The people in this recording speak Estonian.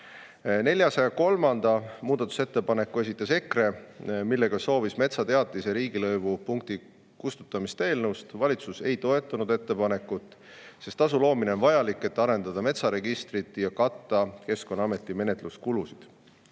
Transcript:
403. muudatusettepaneku esitas EKRE. Selle ettepanekuga sooviti metsateatise riigilõivu punkti kustutamist eelnõust. Valitsus ei toetanud ettepanekut, sest tasu loomine on vajalik, et arendada metsaregistrit ja katta Keskkonnaameti menetluskulusid.